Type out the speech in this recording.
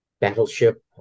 battleship